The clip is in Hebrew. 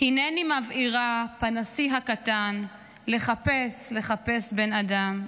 הינני מבעירה פנסי הקטן / לחפש, לחפש בן אדם.